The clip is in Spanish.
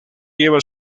lleva